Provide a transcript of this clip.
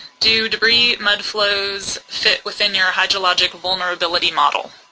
do debris mud-flows fit within your hydrologic vulnerability model?